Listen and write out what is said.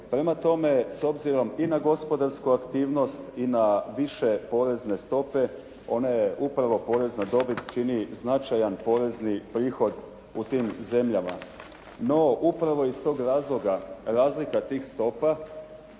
Prema tome s obzirom i na gospodarsku aktivnost i na više porezne stope one upravo porez na dobit čini značajan porezni prihod u tim zemljama. No, upravo iz tog razloga razlika tih stopa